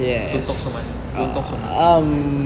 don't talk so much don't talk so much